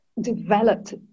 developed